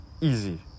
easy